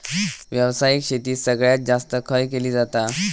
व्यावसायिक शेती सगळ्यात जास्त खय केली जाता?